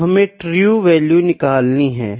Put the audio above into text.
अब हमे true value निकालनी है